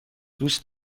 دوست